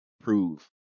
prove